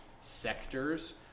sectors